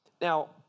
Now